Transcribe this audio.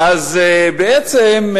בעצם,